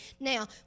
Now